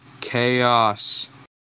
Chaos